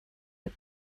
but